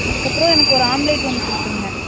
அதுக்கப்புறம் எனக்கு ஒரு ஆம்லெட் ஒன்று கொடுத்துருங்க